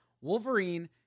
Wolverine